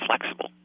flexible